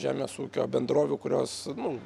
žemės ūkio bendrovių kurios nu